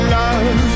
love